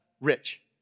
rich